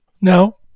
No